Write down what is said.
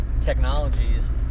technologies